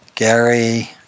Gary